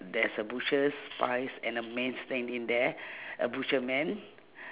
there's a butchers pies and a man standing there a butcher man